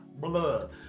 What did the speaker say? blood